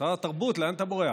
שר התרבות, לאן אתה בורח?